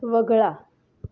वगळा